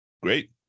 Great